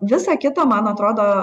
visa kita man atrodo